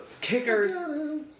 Kickers